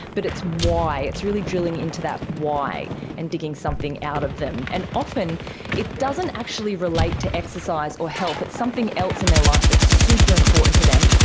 but it's why, it's really drilling into that why and digging something out of them. and often it doesn't actually relate to exercise or health, it's something else in their life that is super important to them,